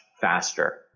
faster